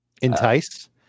entice